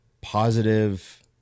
positive